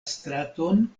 straton